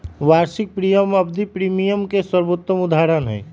वार्षिक प्रीमियम आवधिक प्रीमियम के सर्वोत्तम उदहारण हई